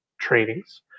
trainings